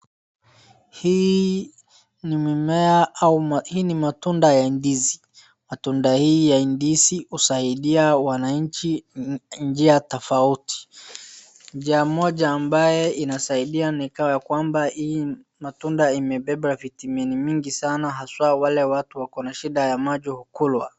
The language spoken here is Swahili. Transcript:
Hii ni mimea au hii ni matunda ya ndizi. Matunda hii ya ndizi husaidia wananchi njia tofauti. Njia moja ambaye inasaidia ni kama kwamba hii matunda imebeba vitamin mingi sana haswa wale watu wako na shida ya macho hukulwa.